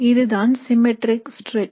இதுதான் symmetric stretch